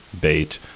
bait